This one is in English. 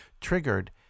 triggered